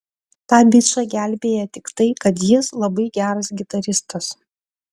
tą bičą gelbėja tik tai kad jis labai geras gitaristas